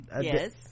Yes